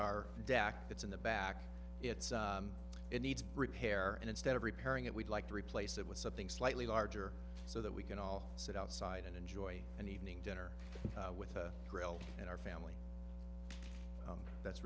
our deck that's in the back it's it needs repair and instead of repairing it we'd like to replace it with something slightly larger so that we can all sit outside and enjoy an evening dinner with a grill and our family that's